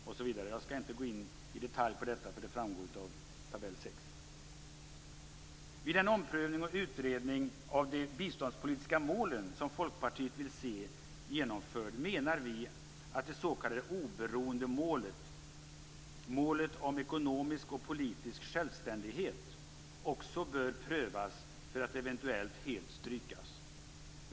Jag skall inte gå in i detalj på detta, eftersom det framgår av tabell 6. Vid den omprövning och utredning av de biståndspolitiska målen som Folkpartiet vill se genomförd menar vi att det s.k. oberoendemålet, målet om ekonomisk och politisk självständighet, också bör prövas, för att eventuellt helt strykas.